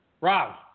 Rob